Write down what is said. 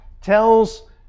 tells